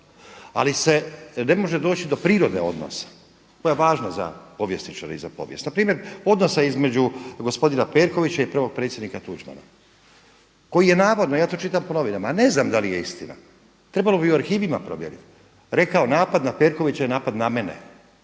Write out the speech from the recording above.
Ali se ne može doći do prirode odnosa, koja je važna za povjesničare i za povijest. Npr. odnosa između gospodina Perkovića i prvog predsjednika Tuđmana. Koji je navodno, ja to čitam po novinama, ja ne znam da li je to istina. Trebalo bi u arhivima provjerit, rekao napad na Perkovića je napad na mene.